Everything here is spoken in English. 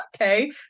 okay